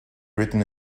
written